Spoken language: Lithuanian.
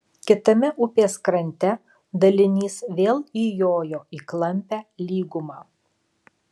kitame upės krante dalinys vėl įjojo į klampią lygumą